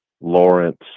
Lawrence